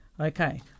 Okay